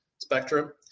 spectrum